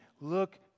look